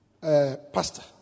pastor